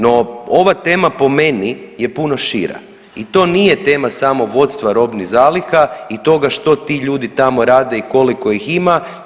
No, ova tema po meni je puno šira i to nije samo tema vodstva robnih zaliha i toga što ti ljudi tamo rade i koliko ih ima.